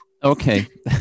Okay